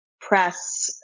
press